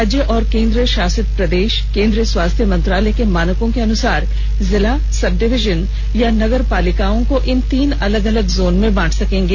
राज्य और केन्द्रशासित प्रदेश केंद्रीय स्वास्थ्य मंत्रालय के मानकों के अनुसार जिला सब डिवीजन या नगर पालिकाओं को इन तीन अलग अलग जोन में बांट सकेंगे